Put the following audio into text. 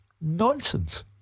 Nonsense